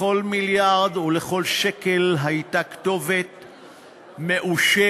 לכל מיליארד ולכל שקל הייתה כתובת מאושרת,